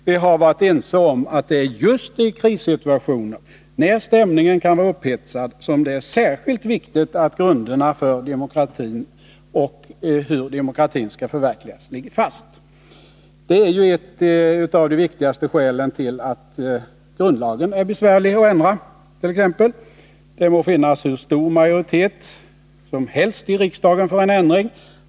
Vi har varit ense om att det är just i krissituationer, när stämningen kan vara upphetsad, som det är särskilt viktigt att grunderna för demokratin och hur demokratin skall förverkligas ligger fast. Det är ju ett av de viktigaste skälen till att grundlagen är besvärlig att ändra — det må finnas hur stor majoritet som helst i riksdagen för en ändring.